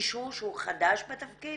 מישהו שהוא חדש בתפקיד